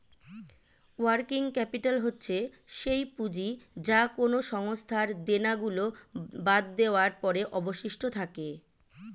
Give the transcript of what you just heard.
working capital হচ্ছে সেই পুঁজি যা কোনো সংস্থার দেনা গুলো বাদ দেওয়ার পরে অবশিষ্ট থাকে